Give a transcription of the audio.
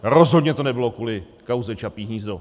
Rozhodně to nebylo kvůli kauze Čapí hnízdo.